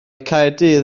caerdydd